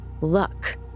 luck